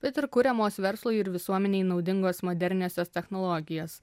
bet ir kuriamos verslui ir visuomenei naudingos moderniosios technologijos